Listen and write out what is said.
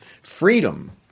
freedom